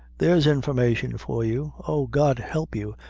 there's information for you. oh, god help you!